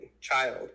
child